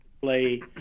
play